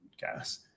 gas